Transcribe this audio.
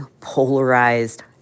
polarized